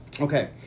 okay